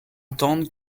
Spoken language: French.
entendre